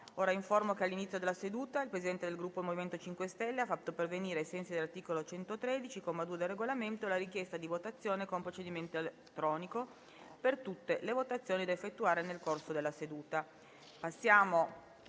l'Assemblea che all'inizio della seduta il Presidente del Gruppo MoVimento 5 Stelle ha fatto pervenire, ai sensi dell'articolo 113, comma 2, del Regolamento, la richiesta di votazione con procedimento elettronico per tutte le votazioni da effettuare nel corso della seduta.